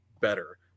better